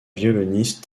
violoniste